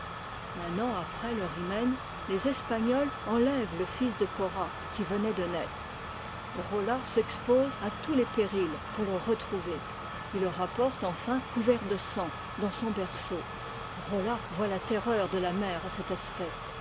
un an après leur hymen les espagnois enlèvent le fils de cora qui venait de naître rolla s'expose à tous les périls pour le retrouver il le rapporte enfin couvert de sang dans son berceau rolla voit la terreur de la mère à cet aspect